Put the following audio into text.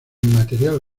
material